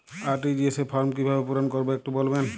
RTGS form কিভাবে পূরণ করবো একটু বলবেন?